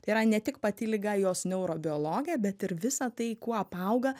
yra ne tik pati liga jos neurobiologė bet ir visa tai kuo apauga